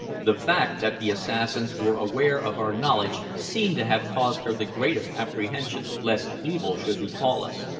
the fact that the assassins were aware of our knowledge seemed to have caused her the greatest apprehension lest evil should befall us.